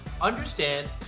Understand